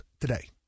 today